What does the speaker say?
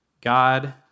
God